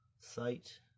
site